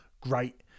great